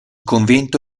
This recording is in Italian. convento